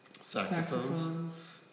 saxophones